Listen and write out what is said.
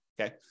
okay